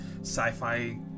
sci-fi